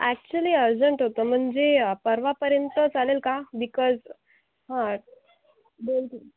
actually urgent होतं म्हणजे परवापर्यंत चालेल का बिकॉज हां बोल तू